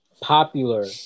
popular